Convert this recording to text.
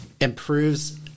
improves